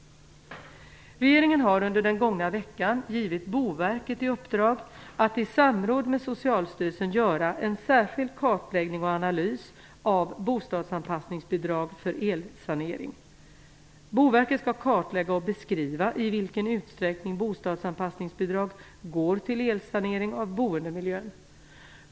Regeringen har under den gångna veckan givit Boverket i uppdrag att i samråd med Socialstyrelsen göra en särskild kartläggning och analys av bostadsanpassningsbidrag för elsanering. Boverket skall kartlägga och beskriva i vilken utsträckning bostadsanpassningsbidrag går till elsanering av boendemiljön.